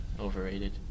Overrated